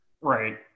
right